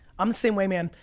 i'm the same way, man.